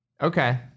Okay